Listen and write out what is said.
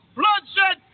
bloodshed